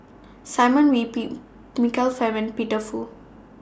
Simon Wee Michael Fam and Peter Fu